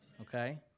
Okay